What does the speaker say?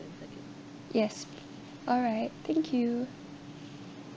yes alright thank you